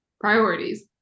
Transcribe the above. priorities